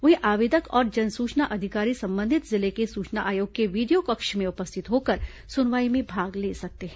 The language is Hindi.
वहीं आवेदक और जनसूचना अधिकारी संबंधित जिले के सूचना आयोग के वीडियो कक्ष में उपस्थित होकर सुनवाई में भाग ले सकते हैं